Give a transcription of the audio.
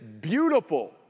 beautiful